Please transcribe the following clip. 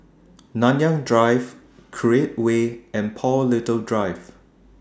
Nanyang Drive Create Way and Paul Little Drive